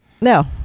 No